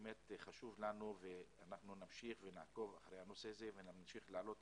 באמת חשוב לנו ונמשיך ונעקוב ונמשיך להעלות